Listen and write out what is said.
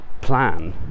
plan